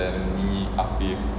me hafif